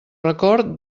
record